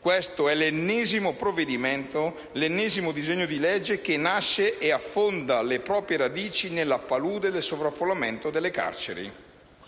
Questo è l'ennesimo provvedimento, l'ennesimo disegno di legge che nasce ed affonda le proprie radici nella palude del sovraffollamento delle carceri,